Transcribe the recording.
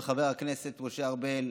וחבר הכנסת משה ארבל,